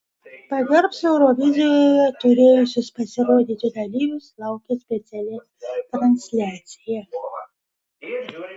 pagerbs eurovizijoje turėjusius pasirodyti dalyvius laukia speciali transliacija